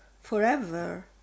forever